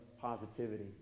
positivity